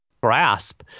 grasp